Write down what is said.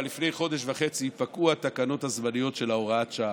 אבל לפני חודש וחצי פקעו התקנות הזמניות של הוראת השעה,